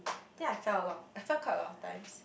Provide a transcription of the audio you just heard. think I fell a lot I fell quite a lot of times